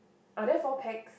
are there four packs